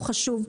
הוא חשוב,